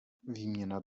výměna